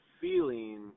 feeling